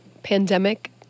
pandemic